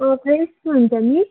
ए fresh चाहिँ हुन्छ नि